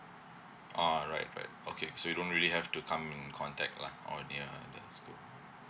oh right right okay so we don't really have to come in contact lah or near the school